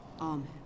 Amen